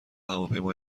هواپیما